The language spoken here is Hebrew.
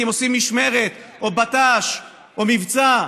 כי הם עושים משמרת או בט"ש או מבצע,